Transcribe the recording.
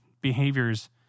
behaviors